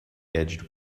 edged